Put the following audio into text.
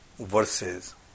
verses